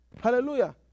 Hallelujah